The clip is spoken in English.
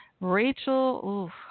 Rachel